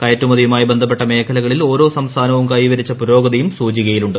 കയറ്റുമതിയുമായി ബന്ധപ്പെട്ട മേഖലകളിൽ ഓരോ സംസ്ഥാനവും കൈവരിച്ചു പുരോഗതിയും സൂചികയിലുണ്ട്